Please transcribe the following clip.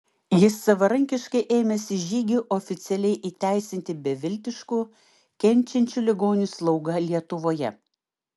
jis savarankiškai ėmėsi žygių oficialiai įteisinti beviltiškų kenčiančių ligonių slaugą lietuvoje